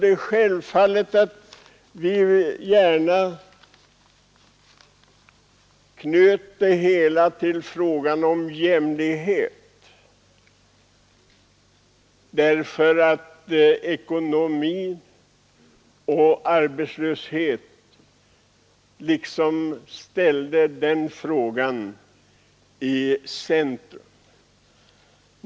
Det är självklart att vi gärna knöt det hela till frågan om jämlikhet, därför att ekonomin och arbetslösheten ställde den frågan i centrum.